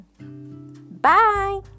Bye